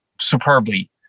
Superbly